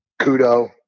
Kudo